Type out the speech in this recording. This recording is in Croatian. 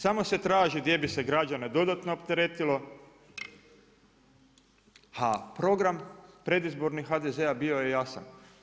Samo se traži gdje bi se građane dodatno opteretilo, a program predizborni HDZ-a bio je jasan.